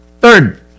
Third